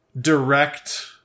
direct